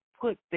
put